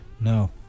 No